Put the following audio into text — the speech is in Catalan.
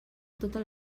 tota